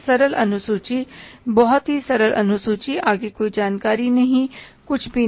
सरल अनुसूची बहुत सरल अनुसूची आगे कोई जानकारी नहीं कुछ भी नहीं